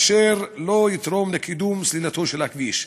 אשר לא תתרום לקידום סלילתו של הכביש.